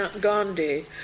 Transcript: Gandhi